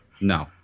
No